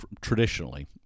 traditionally